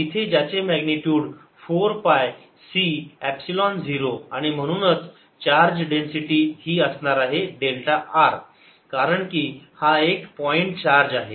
तिथे ज्याचे magnitude 4 pi C epsilon 0 आणि म्हणूनच चार्ज डेन्सिटी ही असणार आहे डेल्टा r कारण की हा एक पॉईंट चार्ज आहे